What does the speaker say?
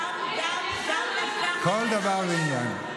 כל דבר ועניין.